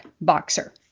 Boxer